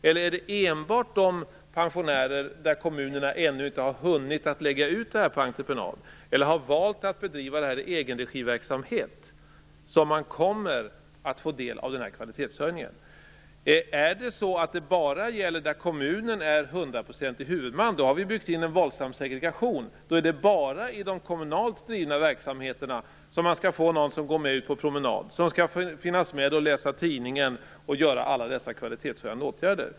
Eller är det enbart i de kommuner som ännu inte har hunnit lägga ut det här på entreprenad eller har valt att bedriva det i egen regi som man kommer att få del av kvalitetshöjningen? Är det så att det bara gäller där kommunen är hundraprocentig huvudman har vi byggt in en våldsam segregation. Då är det bara i de kommunalt drivna verksamheterna som man skall få någon som går med ut på promenad, någon som skall finnas med och läsa tidningen och göra alla dessa kvalitetshöjande åtgärder.